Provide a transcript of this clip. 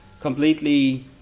completely